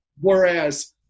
Whereas